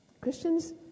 Christians